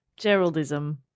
Geraldism